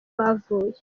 bavuye